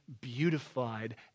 beautified